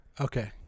Okay